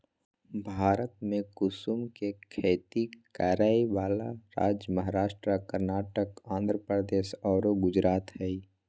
भारत में कुसुम के खेती करै वाला राज्य महाराष्ट्र, कर्नाटक, आँध्रप्रदेश आरो गुजरात हई